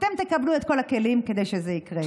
אתם תקבלו את כל הכלים כדי שזה יקרה.